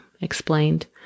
explained